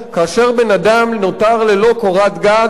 כאשר בן-אדם נותר ללא קורת-גג,